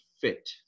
fit